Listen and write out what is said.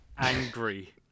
angry